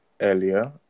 earlier